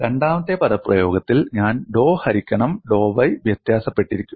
രണ്ടാമത്തെ പദപ്രയോഗത്തിൽ ഞാൻ ഡോ ഹരിക്കണം ഡോ y വ്യത്യാസപ്പെട്ടിരിക്കുന്നു